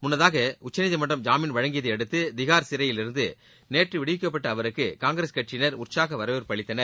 முன்னதாக உச்சநீதிமன்றம் ஜாமீன் வழங்கியதை அடுத்து திஹார் சிறையிலிருந்து நேற்று விடுவிக்கப்பட்ட அவருக்கு காங்கிரஸ் கட்சியினர் உற்சாக வரவேற்பு அளித்தனர்